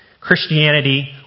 Christianity